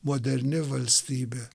moderni valstybė